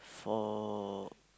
four